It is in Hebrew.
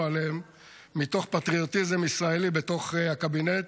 עליהם מתוך פטריוטיזם ישראלי בתוך הקבינט,